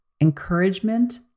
encouragement